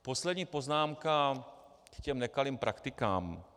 Poslední poznámka k těm nekalým praktikám.